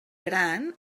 gran